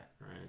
right